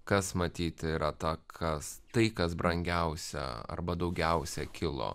kas matyt yra ta kas tai kas brangiausia arba daugiausiai kilo